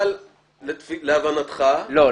אבל להבנתך --- לא,